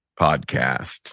podcast